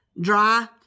dry